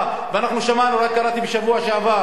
ואנחנו שמענו, רק קראתי בשבוע שעבר,